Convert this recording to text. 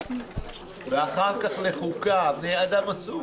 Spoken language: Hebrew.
ונתחדשה בשעה 10:10.)